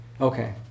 Okay